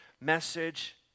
message